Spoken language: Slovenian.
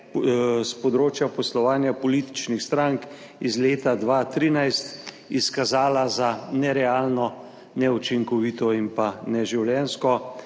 s področja poslovanja političnih strank iz leta 2013 izkazala za nerealno, neučinkovito in pa neživljenjsko,